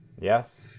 Yes